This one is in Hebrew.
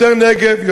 יותר נגב,